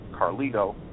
Carlito